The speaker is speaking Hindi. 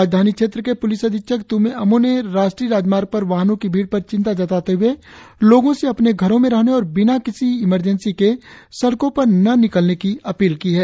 राजधानी क्षेत्र के प्लिस अधीक्षक त्म्मे अमो ने राष्ट्रीय राजमार्ग पर वाहनों की भीड़ पर चिंता जताते हए लोगों से अपने घरों में रहने और बिना किसी इमरजेंसी के सड़कों पर न निकलने की अपील की है